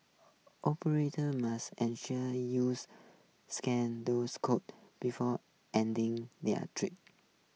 operators must ensure use scan those codes before ending their trip